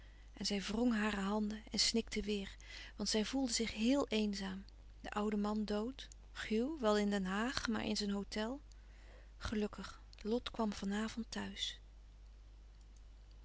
en zij wrong hare handen en snikte weêr want zij voelde zich héél eenzaam de oude man dood hugh wel in den haag maar in zijn hôtel gelukkig lot kwam van avond thuis